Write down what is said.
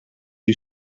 who